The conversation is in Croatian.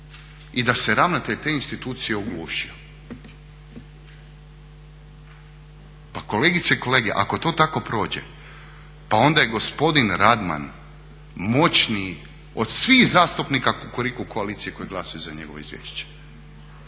i da se ravnatelj te institucije oglušio? Pa kolegice i kolege ako to tako prođe pa onda je gospodin Radman moćniji od svih zastupnika kukuriku koalicije koji glasuju za njegovo izvješće.